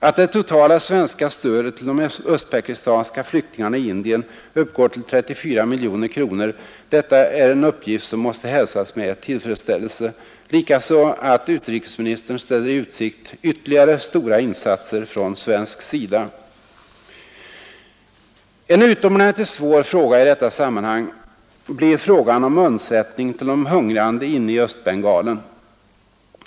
Att det totala svenska stödet till de östpakistanska flyktingarna i Indien uppgår till 34 miljoner kronor är en uppgift som måste hälsas med tillfredsställelse, likaså att utrikesministern ställer i utsikt ”ytterligare stora insatser” från svensk sida, En utomordentligt svår fråga i detta sammanhang blir frågan om undsättning till de hungrande inne i Östbengalen.